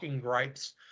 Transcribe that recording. gripes